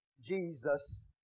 Jesus